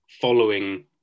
following